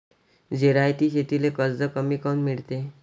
जिरायती शेतीले कर्ज कमी काऊन मिळते?